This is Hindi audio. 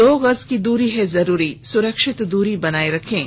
दो गज की दूरी है जरूरी सुरक्षित दूरी बनाए रखें